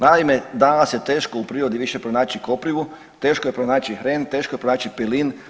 Naime, danas je teško u prirodi više pronaći koprivu, teško je pronaći hren, teško je pronaći pelin.